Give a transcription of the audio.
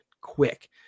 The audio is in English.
quick